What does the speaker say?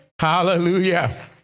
Hallelujah